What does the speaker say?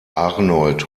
arnold